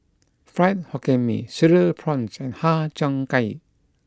Fried Hokkien Mee Cereal Prawns and Har Cheong Gai